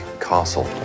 castle